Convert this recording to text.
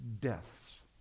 deaths